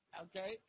okay